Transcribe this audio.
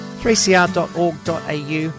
3CR.org.au